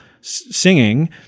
singing